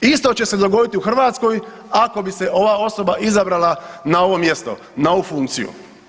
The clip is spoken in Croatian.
Isto će se dogoditi u Hrvatskoj ako bi se ova osoba izabrala na ovo mjesto, na ovu funkciju.